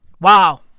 wow